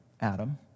Adam